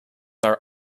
are